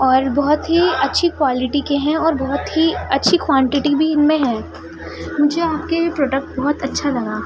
اور بہت ہی اچھی کوالٹی کے ہیں اور بہت ہی اچھی کوانٹیٹی بھی ان میں ہے مجھے آپ کے پروڈکٹ بہت اچھا لگا